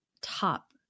top